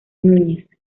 núñez